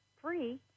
free